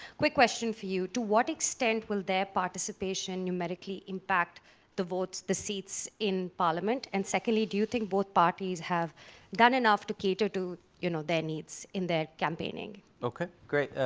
quick question for you. to what extent will their participation numerically impact the votes, the seats in parliament? and secondly, do you think both parties have done enough to cater to you know their needs in their campaigning? okay, great.